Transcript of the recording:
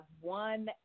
one